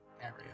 area